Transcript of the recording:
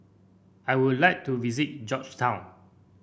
I would like to visit Georgetown